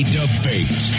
debate